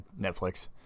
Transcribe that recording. Netflix